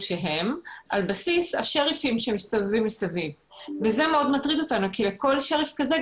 על בסיס השריפים שמסתובבים מסביב וזה מאוד מטריד אותנו כי לכל שריף כזה,